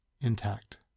intact